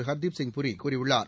ஹர்தீப் சிங் பூரி கூறியுள்ளார்